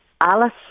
Alice